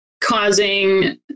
causing